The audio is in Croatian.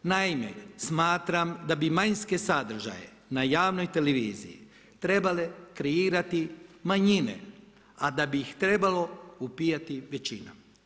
Naime, smatram da bi manjinske sadržaje na javnoj televiziji trebale kreirati manjine a da bi ih trebalo upijati većina.